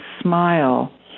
smile